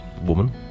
woman